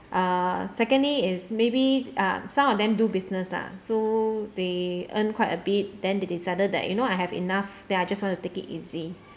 uh secondly is maybe um some of them do business lah so they earn quite a bit then they decided that you know I have enough then I just want to take it easy